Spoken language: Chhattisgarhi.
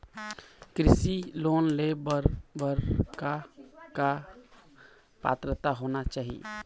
कृषि लोन ले बर बर का का पात्रता होना चाही?